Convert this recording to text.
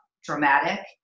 dramatic